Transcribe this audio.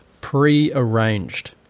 pre-arranged